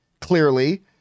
clearly